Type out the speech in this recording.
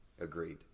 agreed